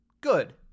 good